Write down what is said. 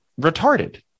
retarded